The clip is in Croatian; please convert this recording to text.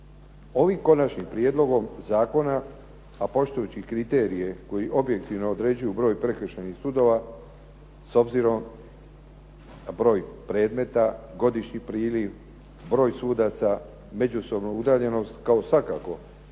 Ovim konačnim prijedlogom zakona, a poštujući kriterije koji objektivno određuju broj prekršajnih sudova, s obzirom na broj predmeta, godišnji priliv, broj sudaca, međusobnu udaljenost, kao svakako